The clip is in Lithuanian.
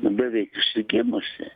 beveik išsigimusi